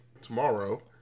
tomorrow